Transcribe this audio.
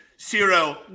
Zero